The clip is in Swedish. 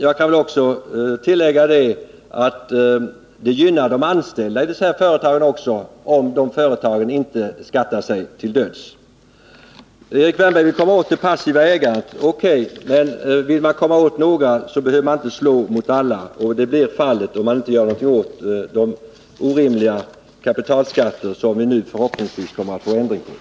Jag skall tillägga att det också gynnar de anställda i företagen, om företagen inte skattar sig till döds. Erik Wärnberg vill komma åt de passiva ägarna — O.K. Men vill man komma åt några behöver man inte slå mot alla. Men så blir fallet om man inte gör något åt de orimliga kapitalskatter som vi nu förhoppningsvis kommer att få förändring i.